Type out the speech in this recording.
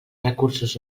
recursos